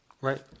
right